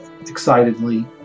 excitedly